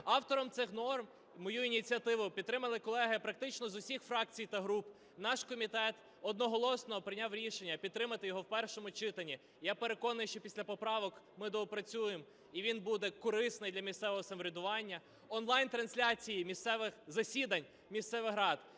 Автором цих норм, мою ініціативу підтримали колеги практично з усіх фракцій та груп. Наш комітет одноголосно прийняв рішення підтримати його в першому читанні. Я переконаний, що після поправок ми доопрацюємо і він буде корисний для місцевого самоврядування, онлайн-трансляцій місцевих засідань місцевих рад,